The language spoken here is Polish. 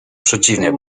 przeciwnie